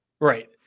Right